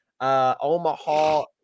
Omaha